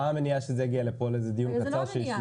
מה המניעה שזה יגיע לפה לאיזה דיון קצר שישמעו --- זה לא מניעה.